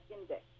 Index